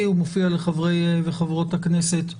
והוא מופיע לחברי וחברות הכנסת בטבלטים.